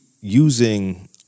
using